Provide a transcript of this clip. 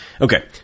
Okay